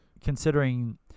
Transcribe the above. considering